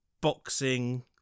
boxing